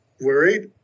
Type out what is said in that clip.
worried